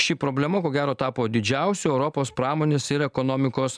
ši problema ko gero tapo didžiausiu europos pramonės ir ekonomikos